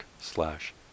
slash